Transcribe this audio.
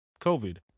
COVID